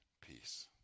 peace